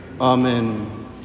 Amen